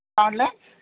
का म्हटले